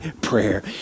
prayer